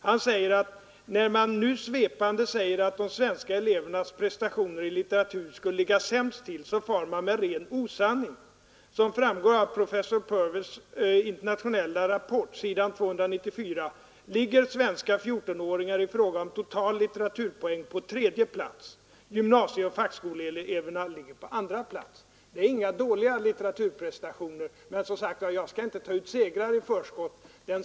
Han säger: ”När man nu svepande säger att de svenska elevernas prestationer i litteratur skulle ligga sämst till, så far man med ren osanning. Som framgår av prof. Purves internationella rapport sid 294 ligger svenska 14-åringar i fråga om total litteraturpoäng på tredje plats. Gymnasieoch fackskoleeleverna ligger på andra plats.” Det är inga dåliga litteraturprestationer, men som sagt jag skall inte ta ut några segrar i förskott.